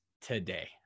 today